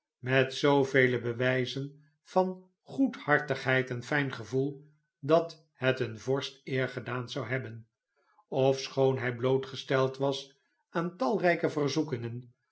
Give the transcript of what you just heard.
met zoovele bewijzen van goedhartigheid en fljn gevoel dat het een vorst eer gedaan zou hebben ofschoon hij blootgesteld was aan talrijke verzoekingen